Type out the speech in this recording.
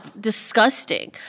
disgusting